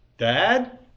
Dad